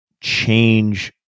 change